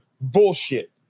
bullshit